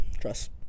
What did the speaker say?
Trust